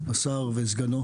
של השר וסגנו.